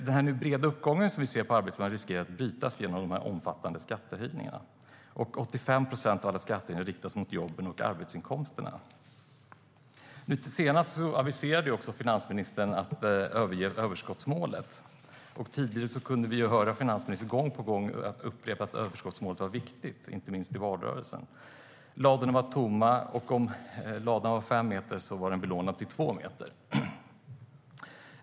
Den breda uppgång som vi nu ser på arbetsmarknaden riskerar att brytas genom de här omfattande skattehöjningarna. 85 procent av alla skattehöjningar riktas mot jobben och arbetsinkomsterna. Nu senast aviserade finansministern att man ska överge överskottsmålet. Tidigare kunde vi höra finansministern upprepa gång på gång, inte minst i valrörelsen, att överskottsmålet var viktigt. Ladorna var tomma, och om ladan var fem meter hög var den belånad upp till två meter.